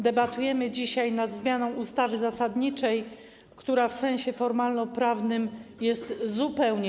Debatujemy dzisiaj nad zmianą ustawy zasadniczej, która w sensie formalnoprawnym jest zupełnie